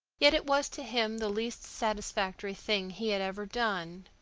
yet it was to him the least satisfactory thing he had ever done.